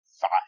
five